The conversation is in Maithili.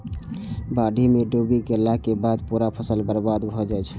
बाढ़ि मे डूबि गेलाक बाद पूरा फसल बर्बाद भए जाइ छै